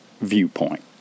viewpoint